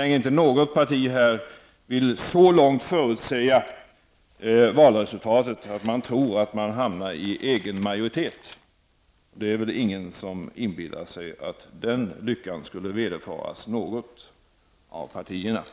ge. Inget parti här vill väl så långt förutsäga valresultatet att man tror att man får egen majoritet. Ingen inbillar sig väl att den lyckan skall vederfaras något av partierna.